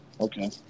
Okay